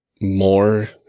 more